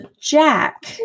Jack